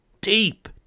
Deep